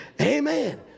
Amen